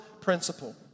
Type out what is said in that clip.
principle